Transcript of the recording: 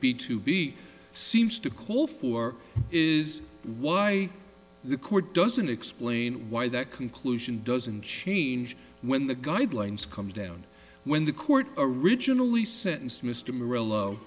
is bt seems to call for is why the court doesn't explain why that conclusion doesn't change when the guidelines come down when the court originally sentenced mr mor